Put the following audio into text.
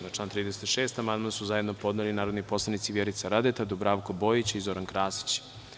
Na član 36. amandman su zajedno podneli narodni poslanici Vjerica Radeta, Dubravko Bojić i Zoran Krasić.